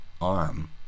arm